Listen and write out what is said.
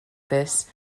this